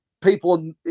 people